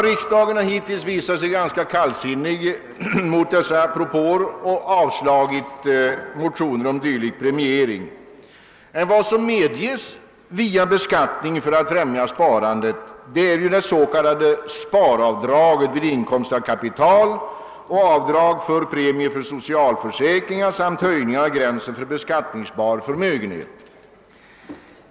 Riksdagen har hittills visat sig ganska kallsinnig mot dessa propåer och avslagit motioner om dylik premiering. Vad som medges via beskattningen för att främja sparandet är det s.k. sparavdraget vid inkomst av kapital, avdrag för premier för socialförsäkringar samt höjning av gränsen för beskattningsbar förmögenhet.